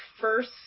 first